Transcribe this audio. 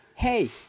Hey